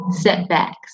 setbacks